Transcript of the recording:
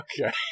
Okay